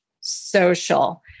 social